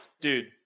dude